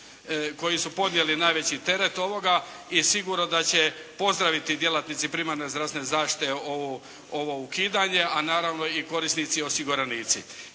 koji su podnijeli najveći teret ovoga. I sigurno da će pozdraviti djelatnici primarne zdravstvene zaštite ovo ukidanje a naravno i korisnici osiguranici.